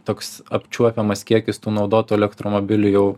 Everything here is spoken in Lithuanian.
toks apčiuopiamas kiekis tų naudotų elektromobilių jau